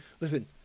listen